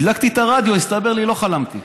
הדלקתי את הרדיו והסתבר לי שלא חלמתי,